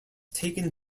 taken